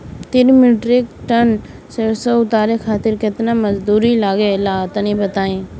तीन metric ton सरसो उतारे खातिर केतना मजदूरी लगे ला तनि बताई?